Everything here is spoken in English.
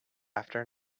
after